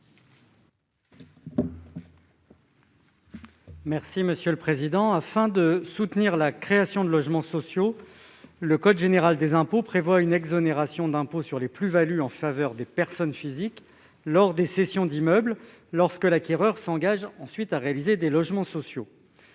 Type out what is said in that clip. n° I-96 rectifié. Afin de soutenir la création de logements sociaux, le code général des impôts prévoit une exonération d'impôt sur les plus-values en faveur des personnes physiques lors des cessions d'immeubles, lorsque l'acquéreur s'engage ensuite à réaliser des logements sociaux.